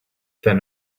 then